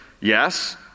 yes